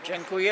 Dziękuję.